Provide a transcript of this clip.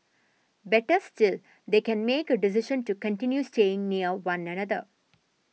better still they can make a decision to continue staying near one another